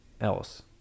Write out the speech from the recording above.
else